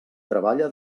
treballa